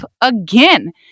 again